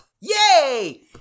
Yay